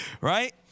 Right